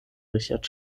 richard